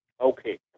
Okay